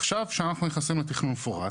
עכשיו, כשאנחנו נכנסים לתכנון מפורט,